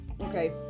Okay